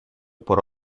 por